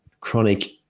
chronic